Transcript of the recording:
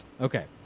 Okay